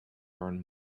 earn